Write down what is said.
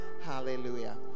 Hallelujah